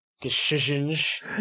decisions